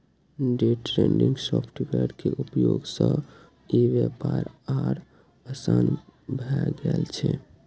day trading software के उपयोग सं ई व्यापार आर आसान भए गेल छै